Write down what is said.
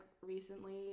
recently